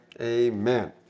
amen